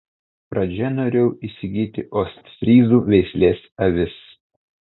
pradžioje norėjau įsigyti ostfryzų veislės avis